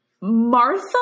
Martha